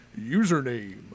username